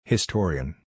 Historian